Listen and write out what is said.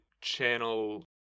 channel